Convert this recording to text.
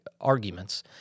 arguments